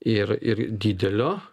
ir ir didelio